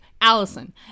Allison